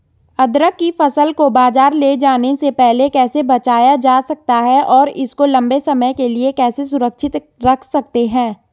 अदरक की फसल को बाज़ार ले जाने से पहले कैसे बचाया जा सकता है और इसको लंबे समय के लिए कैसे सुरक्षित रख सकते हैं?